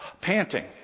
panting